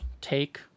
take